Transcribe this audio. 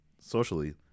socially